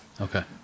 Okay